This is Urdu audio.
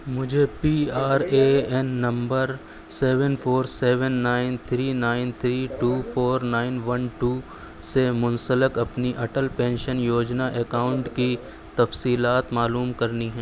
مجھے P R A N number seven four seven nine three nine three two four nine one two سے منسلک اپنی اٹل پینشن یوجنا اکاؤنٹ کی تفصیلات معلوم کرنی ہے